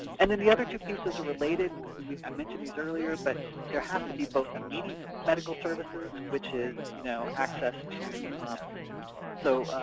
and then the other two pieces related and i mentioned these earlier, but there has to be both immediate medical services, which is you know access to so